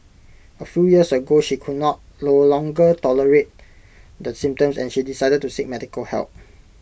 A few years ago she could not no longer tolerate the symptoms and she decided to seek medical help